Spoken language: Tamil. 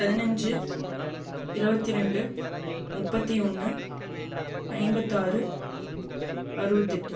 பதினஞ்சு இருபத்தி ரெண்டு முப்பத்தி ஒன்று ஐம்பத்தாறு அறுபத்தெட்டு